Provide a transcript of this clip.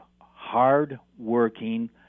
hard-working